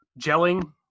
gelling